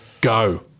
Go